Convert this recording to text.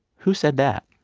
who said that?